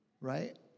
right